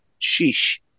Sheesh